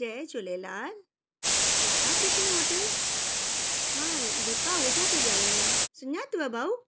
जय Jhulelal Radha Krishna hotel मां दीपा आहुजा थी ॻाल्हायां सुञातव भाऊ